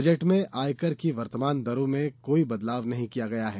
budget में आयकर की वर्तमान दरों में कोई बदलाव नहीं किया गया है